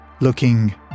looking